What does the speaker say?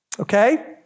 Okay